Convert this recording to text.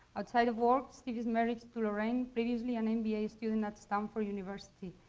outside of work, steve is married to laurene, previously an mba student at stanford university,